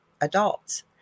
adults